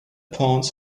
pawns